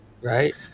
Right